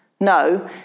No